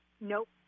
Nope